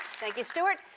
thank you, stewart.